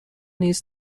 نیز